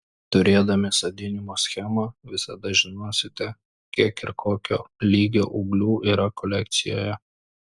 turėdami sodinimo schemą visada žinosite kiek ir kokio lygio ūglių yra kolekcijoje